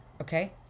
Okay